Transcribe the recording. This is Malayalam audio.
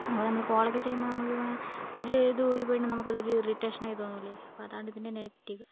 അപ്പോൾ നമ്മൾ കോളോക്കെ ചെയ്യുമ്പോൾ നമുക്ക് ഒരു ഇത് ഊരി പോയിട്ടുണ്ടെങ്കിൽ നമുക്കതൊരു ഇറിട്ടേഷനായി തോന്നൂലെ അപ്പോൾ അതാണ് ഇതിൻ്റെ നെഗറ്റീവ്